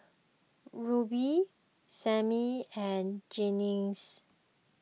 Rubye Simmie and Jennings